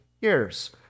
years